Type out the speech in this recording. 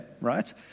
right